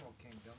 kingdom